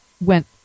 went